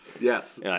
Yes